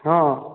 ହଁ